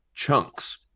chunks